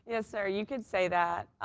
yeah sir. you could say that.